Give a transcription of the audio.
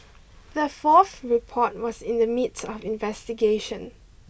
the fourth report was in the midst of investigation